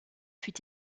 fut